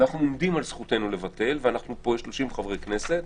אנחנו עומדים על זכותנו לבטל ואנחנו פה 30 חברי כנסת,